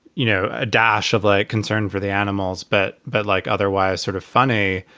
you know, a dash of like concern for the animals. but but like otherwise sort of funny.